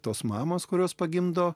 tos mamos kurios pagimdo